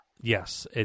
Yes